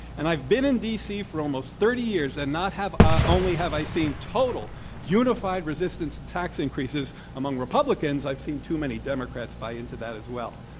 and i've been in d. c. for almost thirty years and not ah only have i seen total unified resistance to tax increases among republicans, i've seen too many democrats buy into that as well.